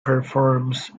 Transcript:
performs